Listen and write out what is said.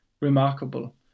remarkable